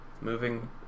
Moving